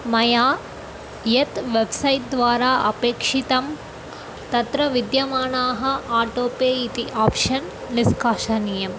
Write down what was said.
मया यत् वेब्सैट् द्वारा अपेक्षितं तत्र विद्यमानाः आटो पे इति आप्शन् निष्कासनीयम्